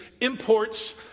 imports